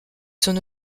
son